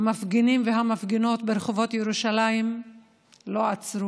המפגינים והמפגינות ברחובות ירושלים לא עצרו,